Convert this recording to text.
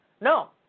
No